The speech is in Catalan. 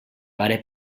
pare